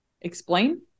Explain